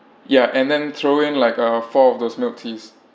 ya and then following like uh four of those milk teas